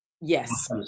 Yes